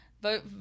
Vote